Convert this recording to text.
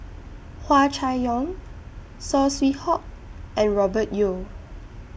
Hua Chai Yong Saw Swee Hock and Robert Yeo